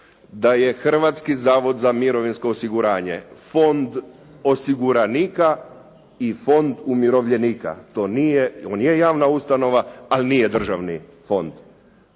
da je Hrvatski zavod za mirovinsko osiguranje fond osiguranika i fond umirovljenika. On je javna ustanova, ali nije državni fond.